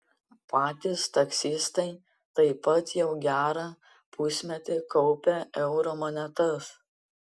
patys taksistai taip pat jau gerą pusmetį kaupia eurų monetas